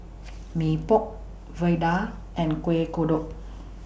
Mee Pok Vadai and Kuih Kodok